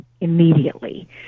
immediately